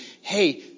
hey